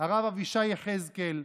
הרב אבישי יחזקאל,